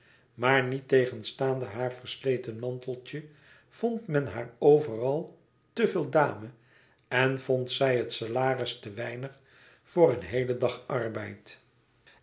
maar niettegenstaande haar versleten manteltje vond men haar overal te veel dame en vond zij het salaris te weinig voor een heelen dag arbeid